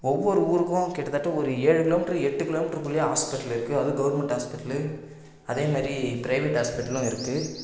ஒவ்வொரு ஊருக்கும் கிட்டத்தட்ட ஒரு ஏழு கிலோமீட்ரு எட்டு கிலோமீட்டர்க்குள்ளையே ஹாஸ்பிட்டல்லு இருக்குது அதுவும் கவர்மெண்ட் ஹாஸ்பிட்டல்லு அதே மாரி ப்ரைவேட் ஹாஸ்பிட்டல்லும் இருக்குது